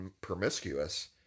promiscuous